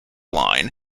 line